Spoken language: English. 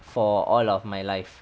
for all of my life